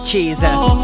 Jesus